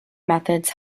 methods